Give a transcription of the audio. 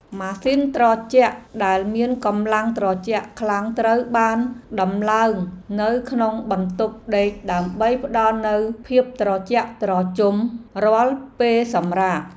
ម៉ាស៊ីនត្រជាក់ដែលមានកម្លាំងត្រជាក់ខ្លាំងត្រូវបានដំឡើងនៅក្នុងបន្ទប់ដេកដើម្បីផ្ដល់នូវភាពត្រជាក់ត្រជុំរាល់ពេលសម្រាក។